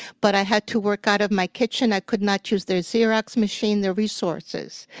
but i had to work out of my kitchen. i could not use their xerox machine, their resources.